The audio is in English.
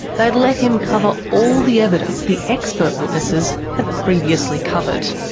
they'd let him cover all the evidence the expert witnesses had previously covered.